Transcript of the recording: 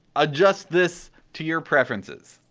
adjust this to your preferences.